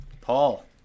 Paul